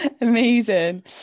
amazing